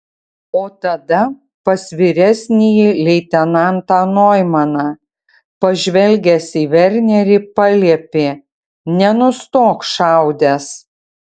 o tada pas vyresnįjį leitenantą noimaną pažvelgęs į vernerį paliepė nenustok šaudęs